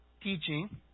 teaching